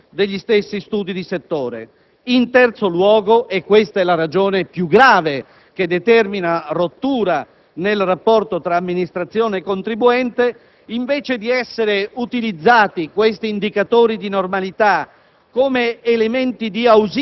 previsti all'interno degli stessi studi di settore; in terzo luogo (e questa è la ragione più grave che determina rottura nel rapporto tra amministrazione e contribuente), questi indicatori di normalità,